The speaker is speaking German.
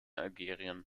algerien